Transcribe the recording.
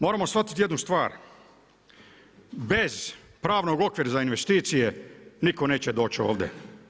Moramo shvatiti jednu stvar, bez pravnog okvira za investicije nitko neće doći ovdje.